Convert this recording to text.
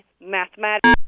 mathematics